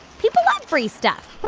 people love free stuff